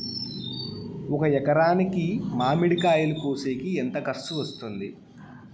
ఒక ఎకరాకి మామిడి కాయలు కోసేకి ఎంత ఖర్చు వస్తుంది?